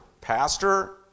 Pastor